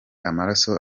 amaraso